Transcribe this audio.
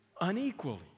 unequally